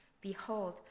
Behold